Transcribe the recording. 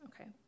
Okay